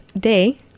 day